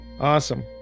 awesome